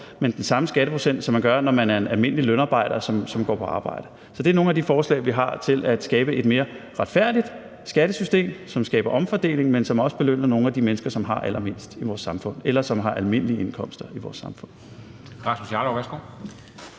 men den samme skatteprocent, som man gør, når man er en almindelig lønarbejder, som går på arbejde. Så det er nogle af de forslag, vi har til at skabe et mere retfærdigt skattesystem, som skaber omfordeling, men som også belønner nogle af de mennesker, som har allermindst i vores samfund, eller som har almindelige indkomster. Kl.